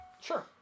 Sure